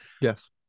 Yes